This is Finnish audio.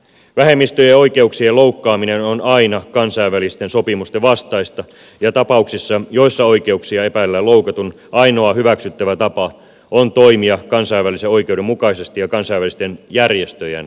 vähemmistöjen oikeuksien loukkaaminen on aina kansainvälisten sopimusten vastaista ja tapauksissa joissa oikeuksia epäillään loukatun ainoa hyväksyttävä tapa on toimia kansainvälisen oikeuden mukaisesti ja kansainvälisten järjestöjen kanssa